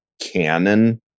canon